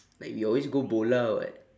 like we always go bola [what]